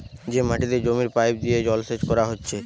যে মাটিতে জমির পাইপ দিয়ে জলসেচ কোরা হচ্ছে